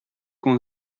com